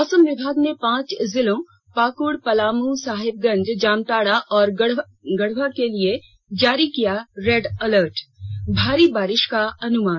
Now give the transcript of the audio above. मौसम विभाग ने पांच जिलों पाकुड़ पलामू साहेबगंज जामताड़ा और गढ़वा के लिए जारी किया रेड अलर्ट भारी बारिष का अनुमान